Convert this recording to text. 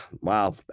Wow